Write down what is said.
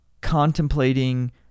contemplating